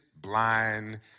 blind